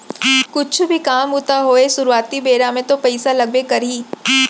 कुछु भी काम बूता होवय सुरुवाती बेरा म तो पइसा लगबे करही